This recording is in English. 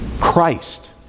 Christ